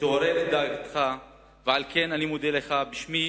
תעורר את דעתך, ועל כן אני מודה לך בשמי